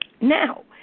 Now